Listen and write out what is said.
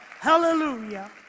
Hallelujah